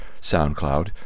soundcloud